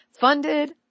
Funded